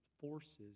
forces